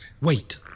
Wait